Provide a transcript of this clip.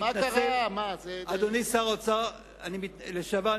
אדוני שר האוצר לשעבר,